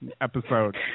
episode